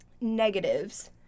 negatives